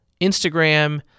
Instagram